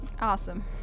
Awesome